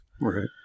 Right